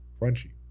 Crunchy